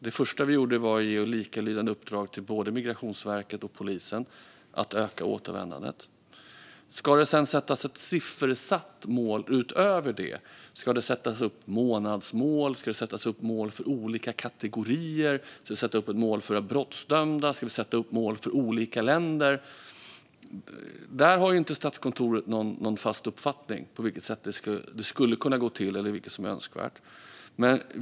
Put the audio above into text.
Det första vi gjorde var att ge likalydande uppdrag till Migrationsverket och polisen om att öka återvändandet. När det gäller om det sedan ska sättas ett siffermål utöver det, om det till exempel ska sättas upp månadsmål, mål för olika kategorier, ett mål för brottsdömda och ett mål för olika länder har Statskontoret inte någon fast uppfattning om på vilket sätt det skulle kunna gå till eller vad som är önskvärt.